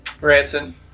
Ranson